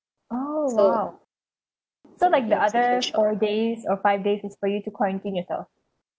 oh !wow! so like the other four days or five days is for you to quarantine yourself